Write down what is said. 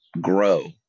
grow